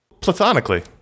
platonically